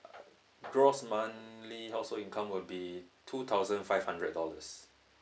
gross monthly household income will be two thousand five hundred dollars